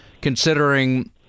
considering –